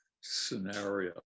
scenario